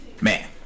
man